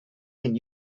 can